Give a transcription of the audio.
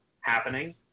happening